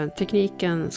tekniken